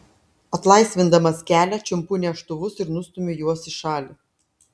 atlaisvindamas kelią čiumpu neštuvus ir nustumiu juos į šalį